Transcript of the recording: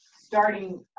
starting